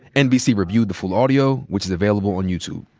nbc reviewed the full audio which is available on youtube.